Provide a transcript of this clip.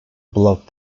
block